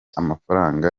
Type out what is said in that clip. amafaranga